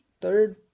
third